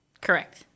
Correct